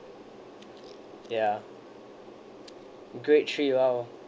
ya great